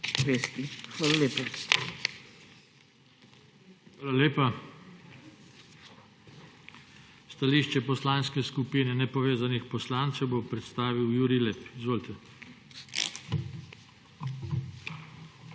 TANKO:** Hvala lepa. Stališče Poslanske skupine nepovezanih poslancev bo predstavil Jurij Lep. Izvolite.